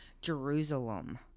Jerusalem